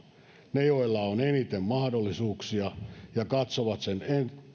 he joilla on eniten mahdollisuuksia ja jotka katsovat sen